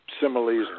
similes